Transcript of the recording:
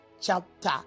chapter